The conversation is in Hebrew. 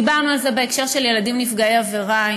דיברנו על זה בהקשר של ילדים נפגעי עבירה,